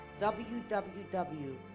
www